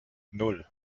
nan